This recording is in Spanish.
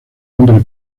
nombre